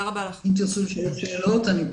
אם תרצו שאלות אני פה.